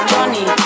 Johnny